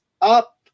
up